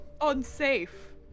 Unsafe